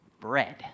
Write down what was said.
bread